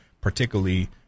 particularly